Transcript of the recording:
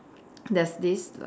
there's this like